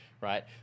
right